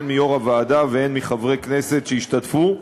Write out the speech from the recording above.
הן מיושב-ראש הוועדה והן מחברי כנסת שהשתתפו,